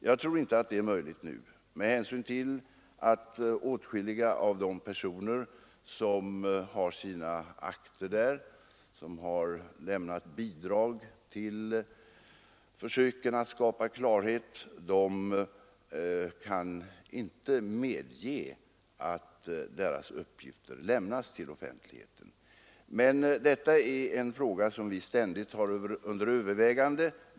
Jag tror inte att det är möjligt nu, med hänsyn till att åtskilliga av de personer som finns i akterna där och som har lämnat bidrag till försöken att skapa klarhet inte medger att deras uppgifter lämnas till offentligheten. Men detta är en fråga som vi ständigt tar under övervägande.